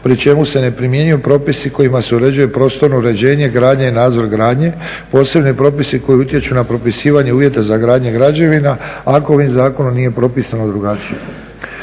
pri čemu se ne primjenjuju propisi kojima se uređuje prostorno uređenje, gradnja i nadzor gradnje, posebni propisi koji utječu na propisivanje uvjeta za gradnje građevina ako ovim zakonom nije propisano drugačije.